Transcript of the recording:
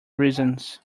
reasons